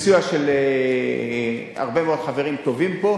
בסיוע של הרבה מאוד חברים טובים פה,